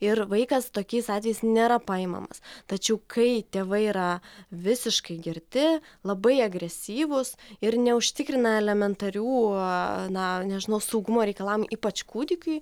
ir vaikas tokiais atvejais nėra paimamas tačiau kai tėvai yra visiškai girti labai agresyvūs ir neužtikrina elementarių na nežinau saugumo reikalamų ypač kūdikiui